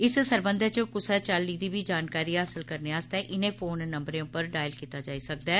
इस सरबंधै च क्सै चाली दी बी जानकारी हासल करने आस्तै इनें फोन नम्बरें उप्पर डायल कीता जाई सकदा ऐ